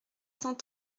cent